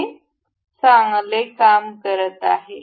हे चांगले काम करत आहे